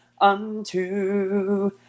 unto